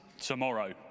tomorrow